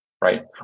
right